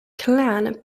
clan